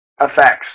effects